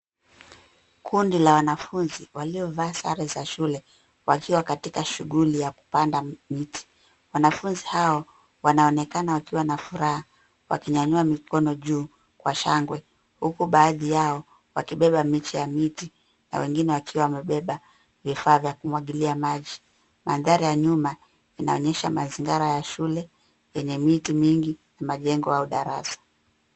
Kundi la wanafunzi, waliovaa sare za shule wakiwa katika shuguli ya kupanda miti. Wanafunzi hawa wanaonekana wakiwa na furaha, wakinyanyua mikono juu kwa shangwe, huku baadhi yao wakibeba miche ya miti na wengine wakiwa wamebeba vifaa vya kumwagilia maji. Mandhari ya nyuma inaonyesha mazingira ya shule yenye miti mingi na majengo au darasa.